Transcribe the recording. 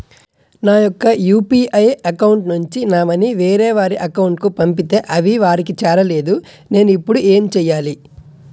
నా యెక్క UPI account నుంచి నా మనీ వేరే వారి అకౌంట్ కు పంపితే అవి వారికి చేరలేదు నేను ఇప్పుడు ఎమ్ చేయాలి?